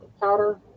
powder